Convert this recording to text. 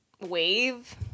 wave